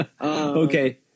Okay